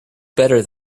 better